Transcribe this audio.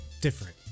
different